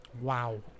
wow